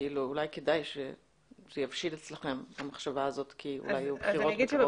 אולי כדאי שהמחשבה הזאת תבשיל אצלכם כי אולי יהיו בחירות בקרוב.